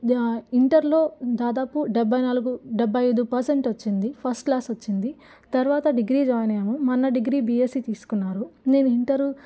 ఇంటర్లో దాదాపు డెబ్బై నాలుగు డెబ్బై ఐదు పర్సెంట్ వచ్చింది ఫస్ట్ క్లాస్ వచ్చింది తరువాత డిగ్రీ జాయిన్ అయ్యాము మా అన్న డిగ్రీ బీఎస్సీ తీసుకున్నారు నేను ఇంటరు